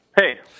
Hey